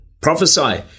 Prophesy